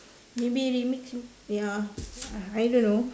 maybe remix ya I don't know